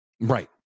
Right